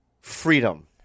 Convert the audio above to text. freedom